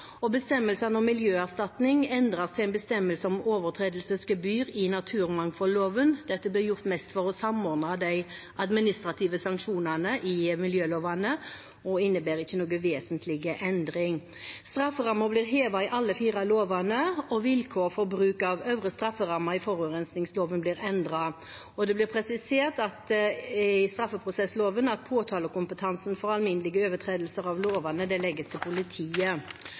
og bestemmelsene om miljøerstatning endres til en bestemmelse om overtredelsesgebyr i naturmangfoldloven. Dette blir gjort mest for å samordne de administrative sanksjonene i miljølovene og innebærer ikke noen vesentlig endring. Strafferammen blir hevet i alle de fire lovene, vilkår for bruk av øvre strafferamme i forurensningsloven blir endret, og det blir presisert i straffeprosessloven at påtalekompetansen for alminnelige overtredelser av lovene legges til politiet.